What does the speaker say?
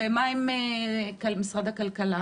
ומה עם משרד הכלכלה